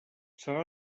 serà